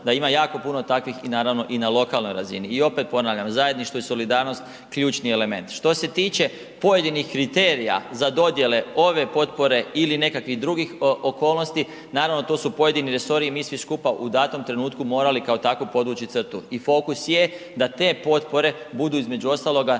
da ima jako puno takvih naravno i na lokalnoj razini. I opet ponavljam, zajedništvo i solidarnost ključni je element. Što se tiče pojedinih kriterija za dodjele ove potpore ili nekakvih drugih okolnosti, naravno to su pojedini resori i mi svi skupa u datom trenutku morali kao takvu podvući crtu i fokus je da te potpore budu između ostaloga